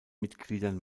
mitgliedern